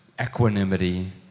equanimity